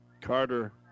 Carter